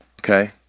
okay